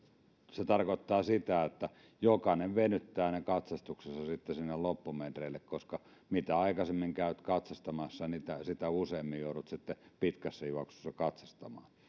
se tarkoittaa sitä että jokainen venyttää ne katsastuksensa sinne loppumetreille koska mitä aikaisemmin käyt katsastamassa niin sitä useammin joudut sitten pitkässä juoksussa katsastamaan